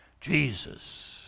Jesus